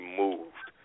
moved